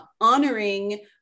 honoring